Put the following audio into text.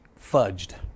fudged